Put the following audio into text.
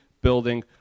building